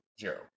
Zero